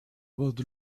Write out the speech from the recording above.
about